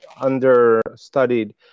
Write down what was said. understudied